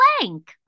Blank